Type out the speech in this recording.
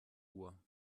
uhr